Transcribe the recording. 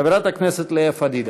חברת הכנסת לאה פדידה.